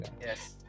Yes